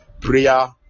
prayer